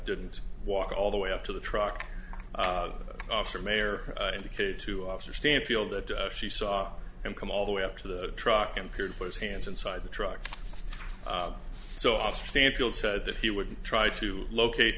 didn't walk all the way up to the truck officer mayor indicated to officer stanfield that she saw him come all the way up to the truck and peered by his hands inside the truck so off stanfield said that he would try to locate